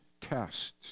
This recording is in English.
tests